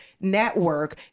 network